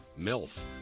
MILF